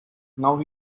now